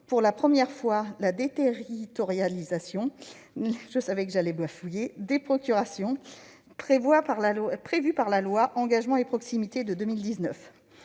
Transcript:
pour la première fois, de la « déterritorialisation » des procurations, prévue par la loi Engagement et proximité de 2019